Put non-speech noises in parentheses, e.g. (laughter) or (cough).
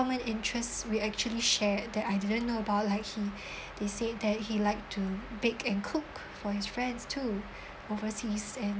common interests we actually share that I didn't know about like he (breath) they said that he liked to bake and cook for his friends too overseas and